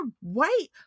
white